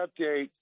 update